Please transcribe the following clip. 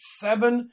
seven